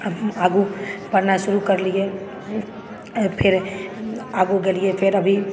अब आगू पढ़नाइ शुरू करलिऐ फेर आगू गेलिऐ फेर अभी